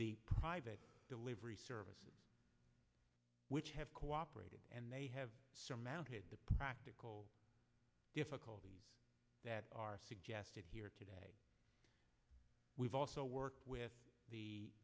the private delivery service which have cooperated and may have some out of the practical difficulties that are suggested here today we've also worked with the